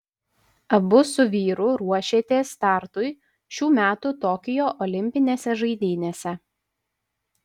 abu su vyru ruošėtės startui šių metų tokijo olimpinėse žaidynėse